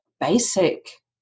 basic